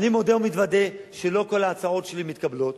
אני מודה ומתוודה שלא כל ההצעות שלי מתקבלות,